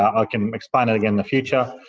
i can explain that again in the future.